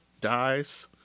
dies